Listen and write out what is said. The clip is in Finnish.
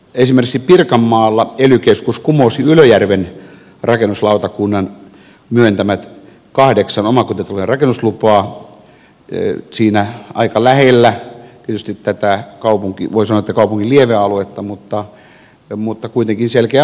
esimerkiksi pirkanmaalla ely keskus kumosi ylöjärven rakennuslautakunnan myöntämät kahdeksan omakotitalojen rakennuslupaa siinä aika lähellä tietysti tätä voi sanoa kaupungin lievealuetta mutta kuitenkin selkeää maaseutua